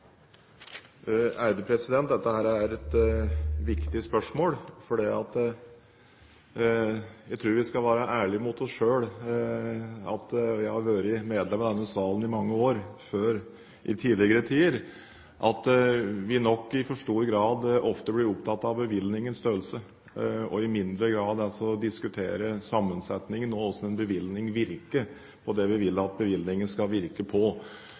Dette er et viktig spørsmål, og jeg tror vi skal være ærlige mot oss selv. Noen har vært medlemmer av denne forsamlingen i mange år. Før, i tidligere tider, var vi nok ofte i for stor grad opptatt av bevilgningens størrelse, og i mindre grad opptatt av å diskutere sammensetningen, hvordan bevilgningen virker, og det vi vil at bevilgningen skal virke på.